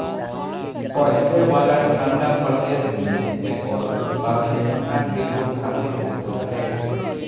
पहिले वाला ठंडा प्रदेश में एकर उत्पादन उहा के लोग खातिर होत रहे